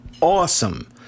awesome